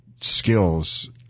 skills